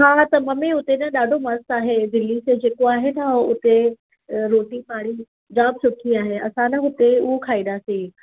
हा हा त मम्मी हुते न ॾाढो मस्तु आहे दिलि से जेको आहे त हुते रोटी पाणी जाम सुठी आहे असां न हुते उहा खाईंदासीं